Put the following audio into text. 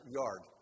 yard